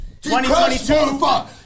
2022